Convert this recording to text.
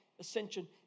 Ascension